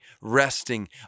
resting